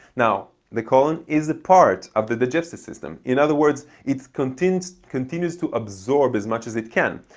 now the colon is a part of the digestive system. in other words it continues continues to absorb as much as it can.